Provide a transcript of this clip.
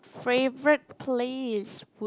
favorite place would